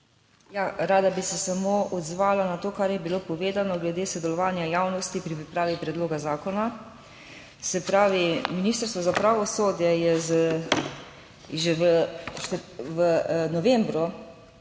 Ja, rada bi se samo odzvala na to, kar je bilo povedano glede sodelovanja javnosti pri pripravi predloga zakona. Se pravi, Ministrstvo za pravosodje je že v novembru